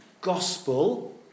gospel